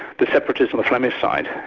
the separatists on the flemish side,